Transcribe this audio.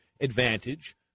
advantage